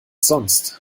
sonst